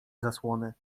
zasłony